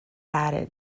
added